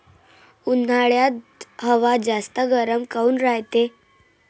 उन्हाळ्यात हवा जास्त गरम काऊन रायते?